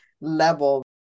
level